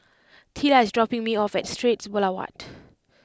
Teela is dropping me off at Straits Boulevard